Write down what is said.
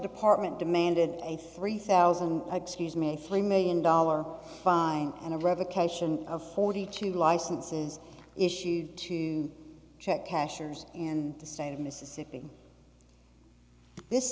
department demanded a three thousand excuse me a three million dollars fine and a revocation of forty two licenses issued to check cashers in the state of mississippi this